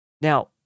Now